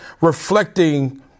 reflecting